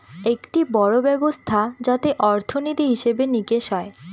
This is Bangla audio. একটি বড়ো ব্যবস্থা যাতে অর্থনীতি, হিসেব নিকেশ হয়